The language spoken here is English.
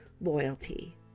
loyalty